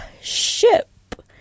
ship